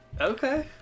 okay